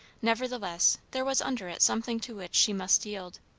nevertheless there was under it something to which she must yield.